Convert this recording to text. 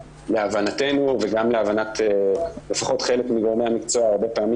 להבנתנו וגם להבנת לפחות חלק מגורמי המקצוע הרבה פעמים